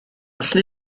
allwn